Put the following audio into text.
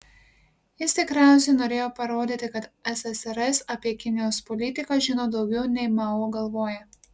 jis tikriausiai norėjo parodyti kad ssrs apie kinijos politiką žino daugiau nei mao galvoja